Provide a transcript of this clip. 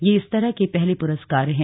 ये इस तरह के पहले पुरस्कार हैं